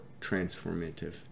transformative